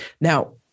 Now